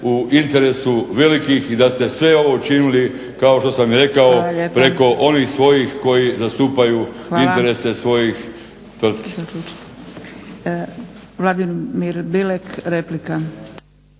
u interesu velikih i da ste sve ovo učinili kao što sam i rekao preko onih svojih koji zastupaju interese svojih tvrtki.